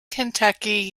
kentucky